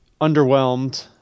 underwhelmed